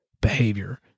behavior